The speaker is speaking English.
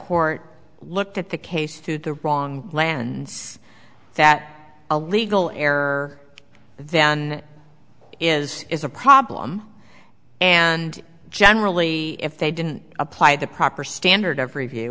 court looked at the case to the wrong lands that a legal error then is is a problem and generally if they didn't apply the proper standard of review